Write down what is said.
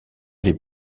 les